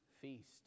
feast